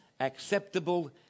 acceptable